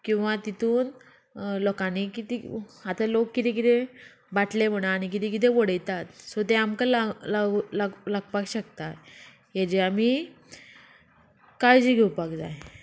किंवां तितून लोकांनी आतां लोक कितें कितें बाटले म्हणा आनी किदें किदें उडयतात सो ते आमकां लाव लाग लागपाक शकता हाजे आमी काळजी घेवपाक जाय